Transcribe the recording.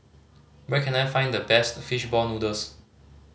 where can I find the best fish ball noodles